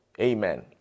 Amen